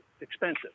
expensive